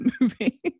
movie